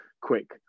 quick